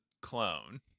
clone